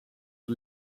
het